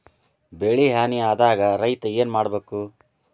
ಬೆಳಿ ಹಾನಿ ಆದಾಗ ರೈತ್ರ ಏನ್ ಮಾಡ್ಬೇಕ್?